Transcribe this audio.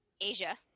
Asia